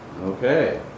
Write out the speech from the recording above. Okay